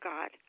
God